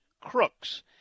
Crooks